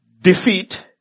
defeat